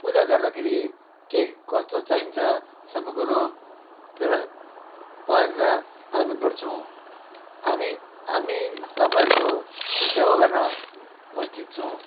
पूजा गर्दाखेरि के कस्तो चाहिन्छ सबै कुरो फेला पारेर हामी गर्छौँ हामी हामी तपाईँहरूको सेवा गर्न उपस्थित छौँ